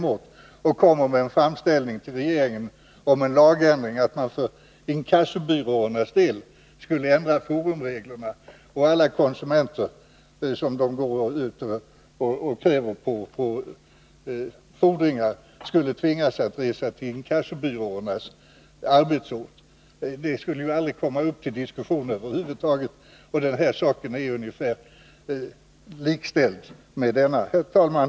Och sedan skulle föreningen komma med en framställning till regeringen om en lagändring som gick ut på att man för inkassobyråernas del skulle ändra forumreglerna och att alla konsumenter, som inkassobyråerna kräver på betalning för fordringar, skulle tvingas att resa till inkassobyråernas arbetsort. Ett sådant förslag skulle över huvud taget aldrig komma upp till diskussion, och den här saken är ju likställd med detta. Herr talman!